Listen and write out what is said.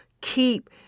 keep